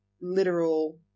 literal